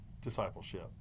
discipleship